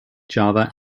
java